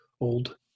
old